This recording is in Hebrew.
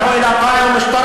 מבקשת לסיים.